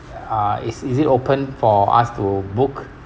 uh is is it open for us to book